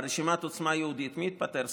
ברשימת עוצמה יהודית מי התפטר?